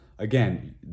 Again